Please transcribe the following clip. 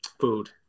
Food